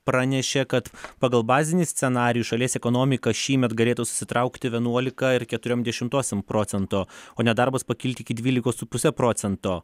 pranešė kad pagal bazinį scenarijų šalies ekonomika šįmet galėtų susitraukti vienuolika ir keturiom dešimtosiom procento o nedarbas pakilti iki dvylikos su puse procento